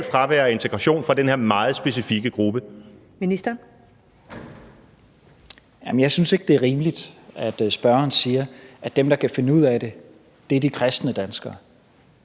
og integrationsministeren (Mattias Tesfaye): Jamen jeg synes ikke, det er rimeligt, at spørgeren siger, at dem, der kan finde ud af det, er de kristne danskere.